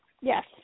Yes